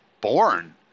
born